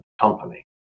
company